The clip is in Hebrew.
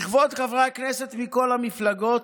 לכבוד חברי הכנסת מכל המפלגות,